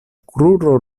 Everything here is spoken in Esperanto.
kruro